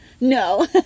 No